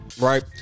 right